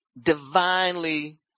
Divinely